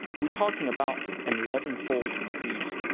we're talking about an elevenfold increase.